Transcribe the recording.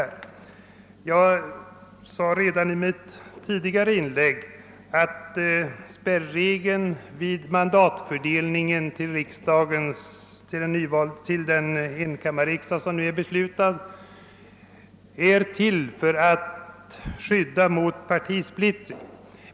Redan i mitt tidigare inlägg framhöll jag att spärregeln vid mandatfördelningen till den enkammarriksdag som nu är beslutad skulle skydda mot partisplittring.